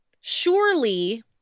Surely